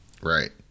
Right